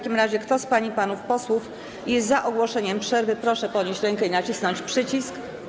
Kto z pań i panów posłów jest za ogłoszeniem przerwy, proszę podnieść rękę i nacisnąć przycisk.